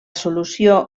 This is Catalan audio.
solució